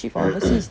shipped from overseas